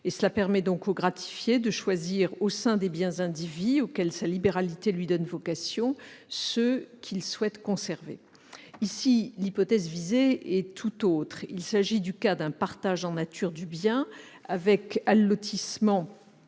Cela lui permet de choisir, au sein des biens indivis auxquels sa libéralité lui donne vocation, ceux qu'il souhaite conserver. Ici, l'hypothèse visée est tout autre. Il s'agit du cas d'un partage en nature du bien, avec allotissement